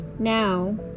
Now